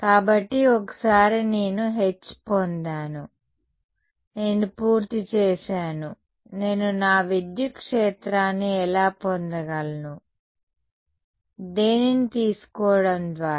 కాబట్టి ఒకసారి నేను H పొందాను నేను పూర్తి చేశాను నేను నా విద్యుత్ క్షేత్రాన్ని ఎలా పొందగలను దేనిని తీసుకోవడం ద్వారా